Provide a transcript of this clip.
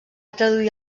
traduir